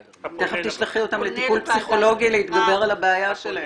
תשלחי אותם לטיפול פסיכולוגי להתגבר על הבעיה שלהם.